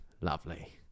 lovely